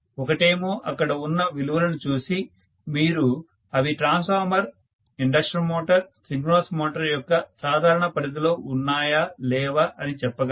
ఒకటేమో అక్కడ ఉన్న విలువలను చూసి మీరు అవి transformer induction motor synchronous motor యొక్క సాధారణ పరిధిలో ఉన్నాయా లేవా అని చెప్పగలరు